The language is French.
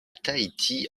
tahiti